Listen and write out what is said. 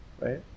right